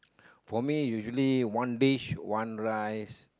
for me usually one dish one rice